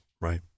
Right